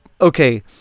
okay